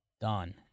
Done